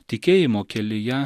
tikėjimo kelyje